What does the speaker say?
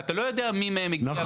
אתה לא יודע מי מהם הגיע מאיפה.